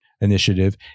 initiative